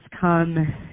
come